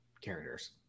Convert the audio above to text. characters